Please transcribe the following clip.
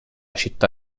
città